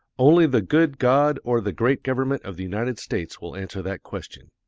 only the good god or the great government of the united states will answer that question.